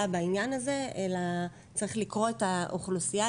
בעניין הזה אלא צריך לקרוא את האוכלוסייה,